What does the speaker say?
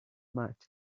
mat